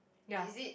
yes